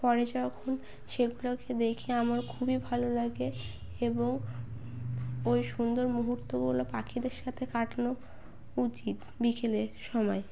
পরে যখন সেগুলোকে দেখে আমার খুবই ভালো লাগে এবং ওই সুন্দর মুহূর্তগুলো পাখিদের সাথে কাটানো উচিত বিকেলের সময়